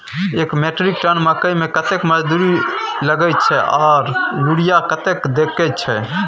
एक metric ton मकई में कतेक मजदूरी लगे छै आर यूरिया कतेक देके छै?